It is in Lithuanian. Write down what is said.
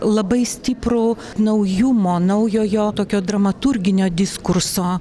labai stiprų naujumo naujojo tokio dramaturginio diskurso